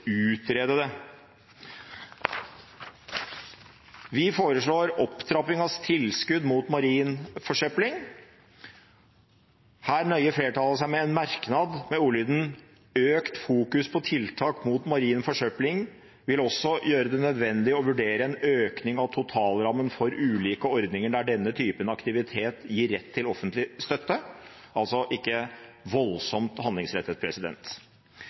utrede det. Vi foreslår opptrapping av tilskudd mot marin forsøpling. Her nøyer komiteen seg med en merknad med ordlyden «økt fokus på tiltak mot marin forsøpling også vil gjøre det nødvendig å vurdere en økning av totalrammen for ulike ordninger der denne typen aktivitet gir rett til offentlig støtte» – altså ikke voldsomt handlingsrettet.